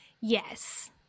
Yes